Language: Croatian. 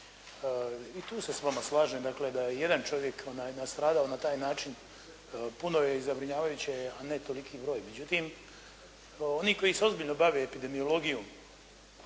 I tu se s vama slažem, dakle da je jedan čovjek nastradao na taj način puno je zabrinjavajuće, a ne toliki broj. Međutim, oni koji se ozbiljno bave epidemiologijom